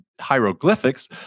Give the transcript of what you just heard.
hieroglyphics